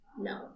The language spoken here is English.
no